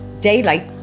daylight